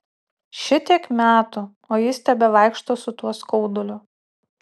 šitiek metų o jis tebevaikšto su tuo skauduliu